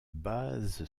base